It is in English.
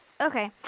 Okay